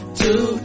two